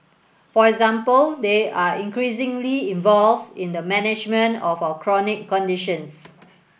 for example they are increasingly involved in the management of our chronic conditions